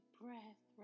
breath